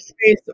space